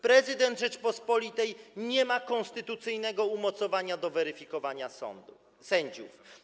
Prezydent Rzeczypospolitej nie ma konstytucyjnego umocowania do weryfikowania sądu, sędziów.